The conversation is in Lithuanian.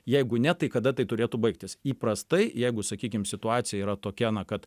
jeigu ne tai kada tai turėtų baigtis įprastai jeigu sakykim situacija yra tokia na kad